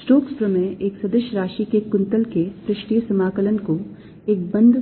Stokes प्रमेय एक सदिश राशि के कुंतल के पृष्ठीय समाकलन को एक बंद